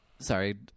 Sorry